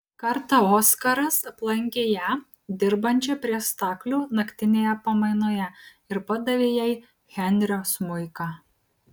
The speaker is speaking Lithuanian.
kartą oskaras aplankė ją dirbančią prie staklių naktinėje pamainoje ir padavė jai henrio smuiką